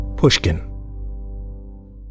Pushkin